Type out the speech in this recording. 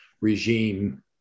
regime